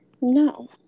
No